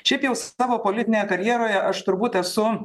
šiaip jau savo politinėje karjeroje aš turbūt esu